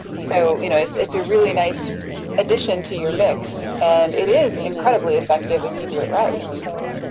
so you know it's it's a really nice addition to your mix and it is incredibly effective if you do it right, so.